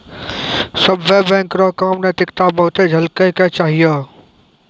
सभ्भे बैंक रो काम मे नैतिकता बहुते झलकै के चाहियो